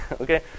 okay